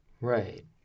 Right